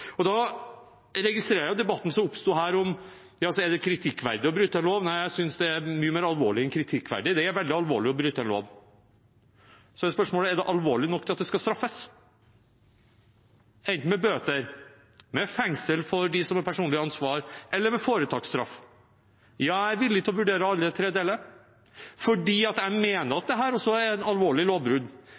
Jeg registrerer debatten som oppsto her om det er kritikkverdig å bryte en lov. Nei, jeg synes det er mye mer alvorlig enn kritikkverdig, det er veldig alvorlig å bryte en lov. Så er spørsmålet: Er det alvorlig nok til at det skal straffes – med bøter, med fengsel for dem som har personlig ansvar, eller med foretaksstraff? Jeg er villig til å vurdere alle tre, for jeg mener at dette er et alvorlig lovbrudd. Jeg er ikke nødvendigvis så opptatt av, selv om jeg synes det er alvorlig